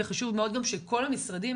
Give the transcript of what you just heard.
וחשוב מאוד גם שכל המשרדים